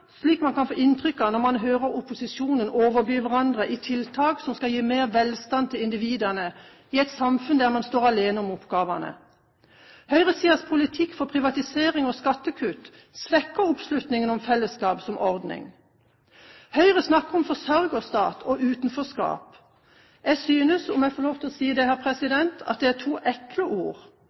slik man kan få inntrykk av når man hører opposisjonen overby hverandre i tiltak som skal gi mer velstand til individene i et samfunn der man står alene om oppgavene. Høyresidens politikk for privatisering og skattekutt svekker oppslutningen om fellesskap som ordning. Høyre snakker om «forsørgerstat» og «utenforskap». Jeg synes – om jeg får lov til å si det – at det er to ekle ord.